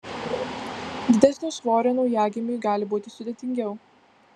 didesnio svorio naujagimiui gali būti sudėtingiau